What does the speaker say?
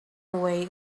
away